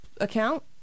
account